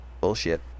bullshit